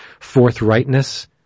forthrightness